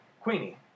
Queenie